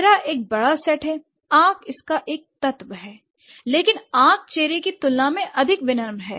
चेहरा एक बड़ा सेट है आंख इसका एक तत्व है लेकिन आंख चेहरे की तुलना में अधिक विनम्र है